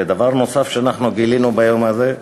ודבר נוסף שאנחנו גילינו ביום הזה,